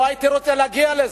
לא הייתי רוצה להגיע לזה.